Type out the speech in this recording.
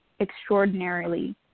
extraordinarily